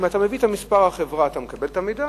אם אתה מביא את מספר החברה אתה מקבל את המידע.